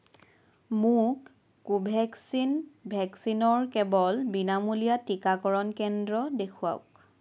মোক কোভেক্সিন ভেকচিনৰ কেৱল বিনামূলীয়া টীকাকৰণ কেন্দ্ৰ দেখুৱাওক